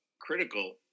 critical